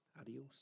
Adios